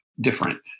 different